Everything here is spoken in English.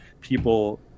people